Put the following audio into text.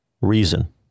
reason